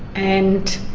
and